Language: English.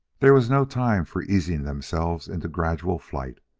there was no time for easing themselves into gradual flight.